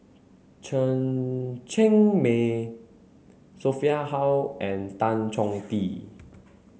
Chen Cheng Mei Sophia Hull and Tan Chong Tee